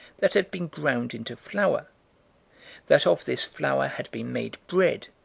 that had been ground into flour that of this flour had been made bread,